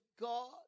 God